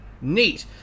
neat